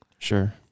Sure